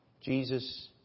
Jesus